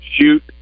shoot